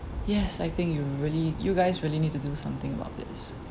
yes I think you really you guys really need to do something about this